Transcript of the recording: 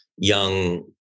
young